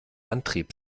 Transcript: antrieb